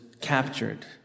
captured